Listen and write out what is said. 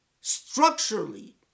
structurally